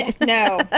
No